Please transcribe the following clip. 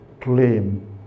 claim